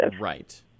Right